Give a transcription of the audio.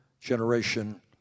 generation